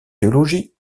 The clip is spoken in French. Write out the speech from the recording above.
théologie